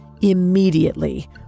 Immediately